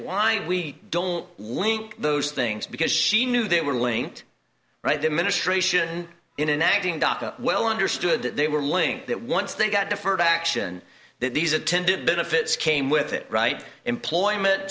why we don't link those things because she knew they were linked right there ministration in an acting daca well understood that they were linked that once they got deferred action that these attendant benefits came with it right employment